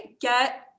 get